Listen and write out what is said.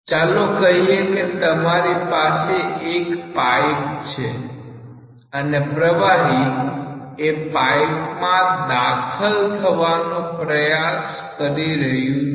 ચાલો કહીએ કે તમારી પાસે એક પાઈપ છે અને પ્રવાહી એ પાઈપમાં દાખલ થવાનો પ્રયાસ કરી રહ્યું છે